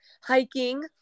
hiking